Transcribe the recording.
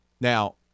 Now